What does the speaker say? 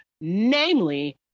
Namely